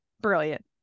brilliant